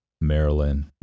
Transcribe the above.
Maryland